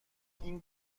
این